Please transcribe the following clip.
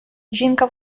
жінка